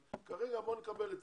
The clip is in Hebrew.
אבל כרגע בואו נקבל את